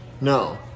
No